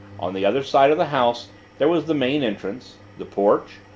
on the other side of the house there was the main entrance, the porch,